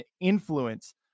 influence